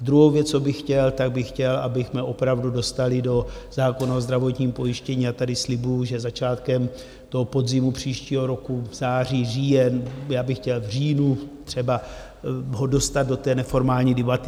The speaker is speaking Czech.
Druhou věc, co bych chtěl, tak bych chtěl, abychom opravdu dostali do zákona o zdravotním pojištění, a tady slibuji, že začátkem toho podzimu příštího (?) roku v září říjen, já bych chtěl v říjnu, třeba ho dostat do té neformální debaty.